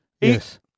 Yes